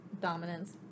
dominance